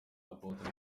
apotre